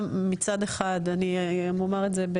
גם מצד אחד אני אומר את זה,